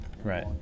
Right